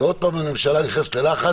ועוד פעם הממשלה נכנסת ללחץ.